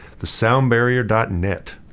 thesoundbarrier.net